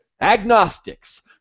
agnostics